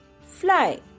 fly